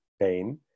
pain